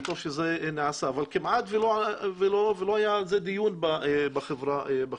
וטוב שזה נעשה אבל כמעט ולא היה על זה דיון בחברה בישראל.